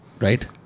Right